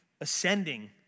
ascending